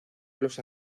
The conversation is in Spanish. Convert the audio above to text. los